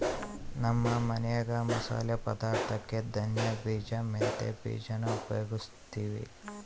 ನಮ್ಮ ಮನ್ಯಾಗ ಮಸಾಲೆ ಪದಾರ್ಥುಕ್ಕೆ ಧನಿಯ ಬೀಜ, ಮೆಂತ್ಯ ಬೀಜಾನ ಉಪಯೋಗಿಸ್ತೀವಿ